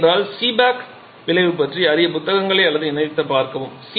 இல்லையென்றால் சீபெக் விளைவு பற்றி அறிய புத்தகங்களை அல்லது இணையத்தைப் பார்க்கவும்